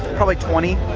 probably twenty,